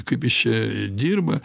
kaip jis čia dirba